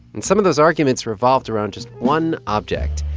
and some of those arguments revolved around just one object,